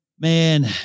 Man